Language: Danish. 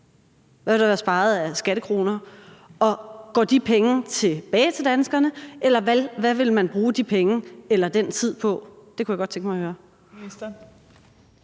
der ville være sparet af skattekroner, og ville de penge gå tilbage til danskerne, eller hvad ville man bruge de penge eller den tid på? Det kunne jeg godt tænke mig høre.